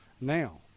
now